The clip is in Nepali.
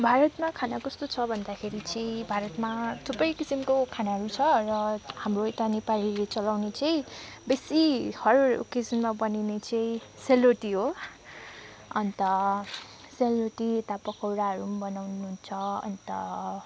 भारतमा खाना कस्तो छ भन्दाखेरि चाहिँ भारतमा थुप्रै किसिमको खानाहरू छ र हाम्रो यता नेपालीले चलाउने चाहिँ बेसी हर ओकेजनमा बनिने चाहिँ सेलरोटी हो अन्त सेलरोटी यता पकौडाहरू बनाउनुहुन्छ अन्त